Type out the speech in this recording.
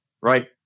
right